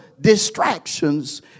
distractions